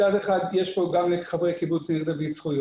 מצד אחד יש כאן גם את חברי קיבוץ ניר דוד שיש